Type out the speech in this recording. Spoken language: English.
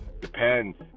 Depends